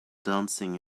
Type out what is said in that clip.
dancing